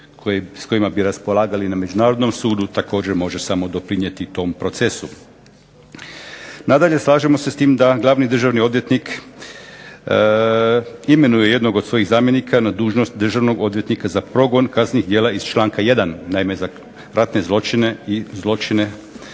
s kojima bi raspolagali na Međunarodnom sudu također može samo doprinijeti tom procesu. Nadalje, slažemo se s tim da glavni državni odvjetnik imenuje jednog od svojih zamjenika na dužnost državnog odvjetnika za progon kaznenih djela iz članka 1. Naime, za ratne zločine i zločine